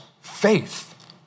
faith